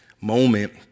moment